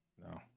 No